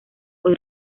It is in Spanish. hoy